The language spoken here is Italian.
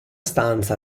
stanza